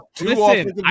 listen